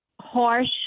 harsh